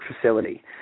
facility